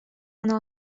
она